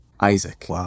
Isaac